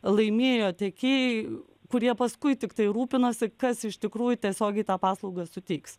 laimėjo tiekėjai kurie paskui tiktai rūpinasi kas iš tikrųjų tiesiogiai tą paslaugą suteiks